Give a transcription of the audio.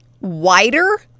Wider